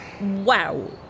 Wow